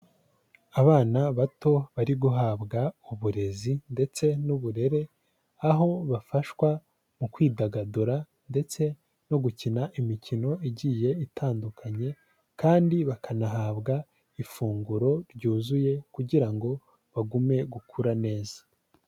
Abana bato bari guhabwa uburezi ndetse n'uburere, aho bafashwa mu kwidagadura ndetse no gukina imikino igiye itandukanye, kandi bakanahabwa ifunguro ryuzuye kugira ngo bagume gukura neza.